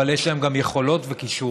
אבל יש להם גם יכולות וכישורים.